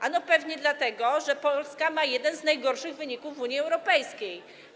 Ano pewnie dlatego, że Polska ma jeden z najgorszych wyników w Unii Europejskiej.